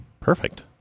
Perfect